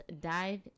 dive